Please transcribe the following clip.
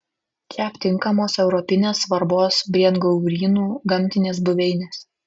čia aptinkamos europinės svarbos briedgaurynų gamtinės buveinės